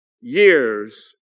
years